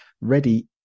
ready